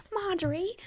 Marjorie